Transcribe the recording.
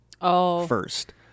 first